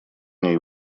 ней